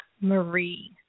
Marie